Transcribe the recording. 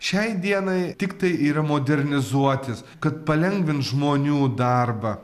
šiai dienai tiktai yra modernizuotis kad palengvint žmonių darbą